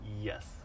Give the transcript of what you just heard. Yes